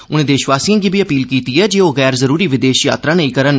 उनें देशवासियें गी बी अपील कीती ऐ जे ओह् गैर जरूरी विदेश यात्रा नेईं करन